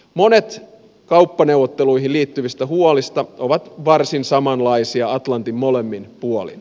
monet kauppaneuvotteluihin liittyvistä huolista ovat varsin samanlaisia atlantin molemmin puolin